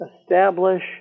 establish